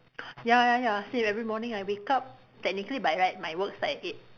ya ya ya same every morning I wake up technically by right my work start at eight